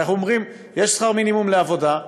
אנחנו אומרים, יש שכר מינימום לעבודה,